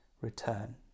return